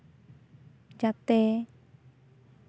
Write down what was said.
ᱡᱟᱛᱮ